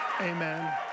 Amen